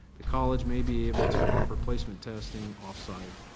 the college may be able to offer placement testing off-site.